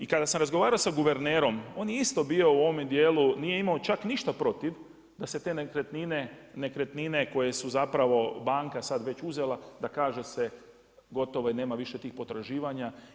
I kada sam razgovarao sa guvernerom, on je isto bio u ovome dijelu nije imao čak ništa protiv da se te nekretnine koje je zapravo banka već uzela da se kaže gotovo je nema više tih potraživanja.